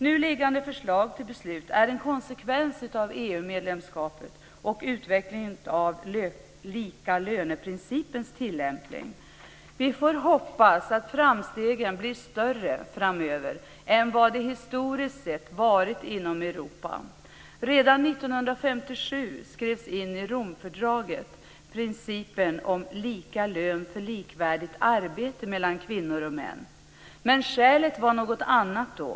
Nu liggande förslag till beslut är en konsekvens av EU-medlemskapet och utvecklingen av likalöneprincipens tillämpning. Vi får hoppas att framstegen blir större framöver än vad de historiskt sett varit inom Europa. Redan 1957 skrevs principen om lika lön för likvärdigt arbete vad gäller kvinnor och män in i Romfördraget. Men skälet var något annat då.